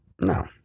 No